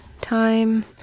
time